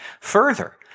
Further